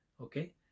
Okay